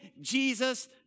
Jesus